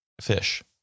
fish